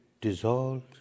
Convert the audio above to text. dissolved